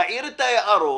להעיר את ההערות,